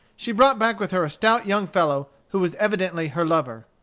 she brought back with her a stout young fellow who was evidently her lover.